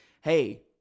hey